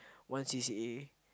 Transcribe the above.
one C_C_A